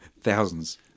Thousands